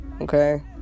okay